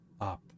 up